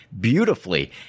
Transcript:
beautifully